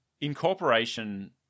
incorporation